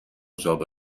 زابه